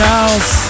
House